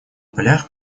полях